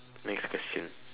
next question